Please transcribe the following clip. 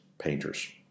painters